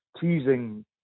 teasing